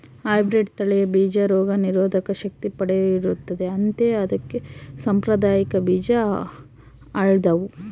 hybrid ತಳಿಯ ಬೀಜ ರೋಗ ನಿರೋಧಕ ಶಕ್ತಿ ಪಡೆದಿರುತ್ತದೆ ಅಂತೆ ಅದಕ್ಕೆ ಸಾಂಪ್ರದಾಯಿಕ ಬೀಜ ಹಾಳಾದ್ವು